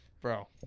Bro